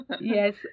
yes